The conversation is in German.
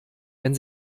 wenn